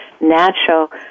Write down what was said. natural